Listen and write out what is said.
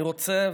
אני רוצה,